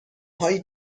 هایی